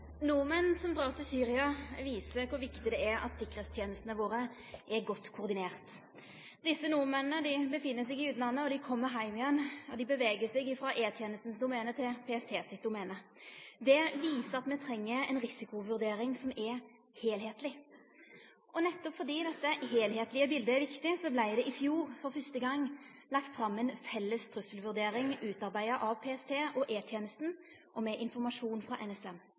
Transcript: Nordmenn som dreg til Syria, viser kor viktig det er at sikkerheitstenestene våre er godt koordinerte. Desse nordmennene er i utlandet og kjem heim igjen, og dei beveger seg frå E-tenesta sitt domene til PST sitt domene. Det viser at me treng ei risikovurdering som er heilskapleg. Nettopp fordi dette heilskaplege biletet er viktig, vart det i fjor, for fyrste gong, lagt fram ei felles trusselvurdering, utarbeidd av PST og E-tenesta, med informasjon frå NSM,